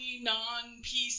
non-PC